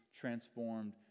transformed